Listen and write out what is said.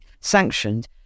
sanctioned